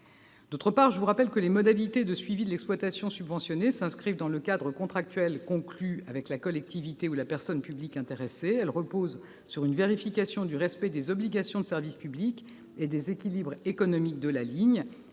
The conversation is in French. ailleurs, je vous rappelle que les modalités de suivi de l'exploitation subventionnée s'inscrivent dans le cadre contractuel conclu avec la collectivité ou la personne publique intéressée. Elles reposent sur une vérification du respect des obligations de service public et des équilibres économiques de la ligne.